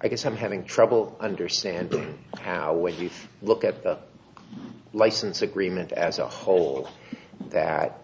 i guess i'm having trouble understanding how when you look at license agreement as a whole that